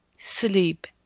sleep